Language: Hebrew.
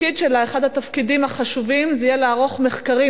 אחד התפקידים החשובים יהיה לערוך מחקרים.